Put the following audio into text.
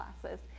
classes